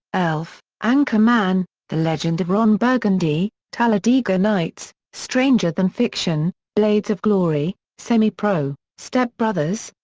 elf, anchorman the legend of ron burgundy, talladega nights, stranger than fiction, blades of glory, semi-pro, step brothers,